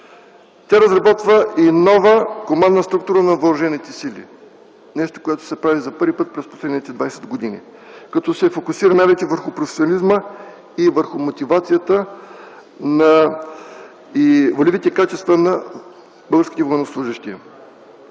Тя разработва и нова хуманна структура на въоръжените сили – нещо, което се прави за първи път през последните 20 години, като се фокусира най-вече върху професионализма, върху мотивацията и волевите качества на българските военнослужещи.